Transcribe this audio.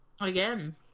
Again